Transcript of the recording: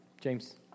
James